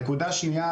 נקודה שנייה.